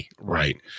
right